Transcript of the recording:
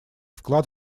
вклад